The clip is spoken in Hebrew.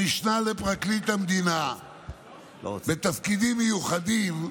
המשנה לפרקליט המדינה לתפקידים מיוחדים,